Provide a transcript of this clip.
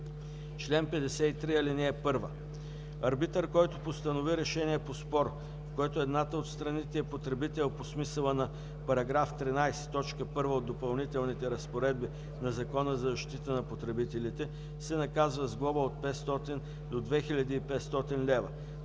Чл. 53 (1) Арбитър, който постанови решение по спор, в който едната от страните е потребител по смисъла на § 13, т. 1 от допълнителните разпоредби на Закона за защита на потребителите, се наказва с глоба от 500 до 2500 лева.